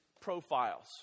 profiles